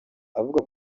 avuga